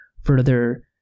further